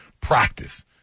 practice